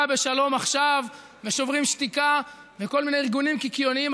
בשלום עכשיו ושוברים שתיקה וכל מיני ארגונים קיקיוניים,